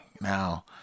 Now